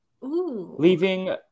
Leaving